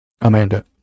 Amanda